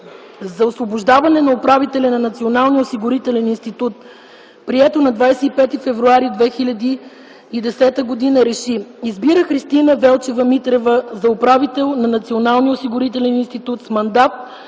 за освобождаване на управителя на Националния осигурителен институт, прието на 25 февруари 2010 г. РЕШИ: Избира Христина Велчева Митрева за управител на Националния осигурителен институт с мандат